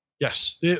Yes